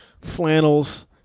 Flannels